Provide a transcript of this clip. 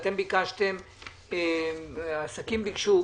אתם ביקשתם, העסקים ביקשו.